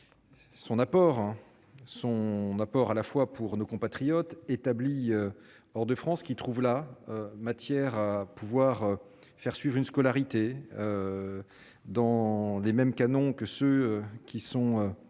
son apport, son apport à la fois pour nos compatriotes établis hors de France, qui trouve là matière à pouvoir faire suivre une scolarité dans les mêmes canons que ceux qui sont